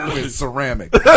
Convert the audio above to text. Ceramic